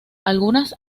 algunas